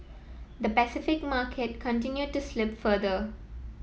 the Pacific market continued to slip further